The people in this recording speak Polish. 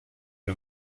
nie